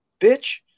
bitch